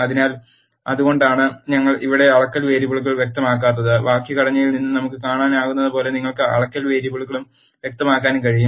അതിനാൽ അതുകൊണ്ടാണ് ഞങ്ങൾ ഇവിടെ അളക്കൽ വേരിയബിളുകൾ വ്യക്തമാക്കാത്തത് വാക്യഘടനയിൽ നിന്ന് നമുക്ക് കാണാനാകുന്നതുപോലെ നിങ്ങൾക്ക് അളക്കൽ വേരിയബിളുകളും വ്യക്തമാക്കാനും കഴിയും